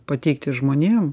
pateikti žmonėm